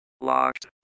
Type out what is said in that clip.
locked